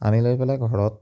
আনি লৈ পেলাই ঘৰত